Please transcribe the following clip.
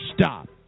stop